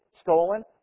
stolen